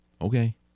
Okay